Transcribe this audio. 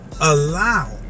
allow